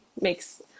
makes